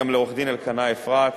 גם לעורך-הדין אלקנה אפרת.